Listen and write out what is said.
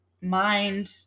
mind